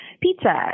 pizza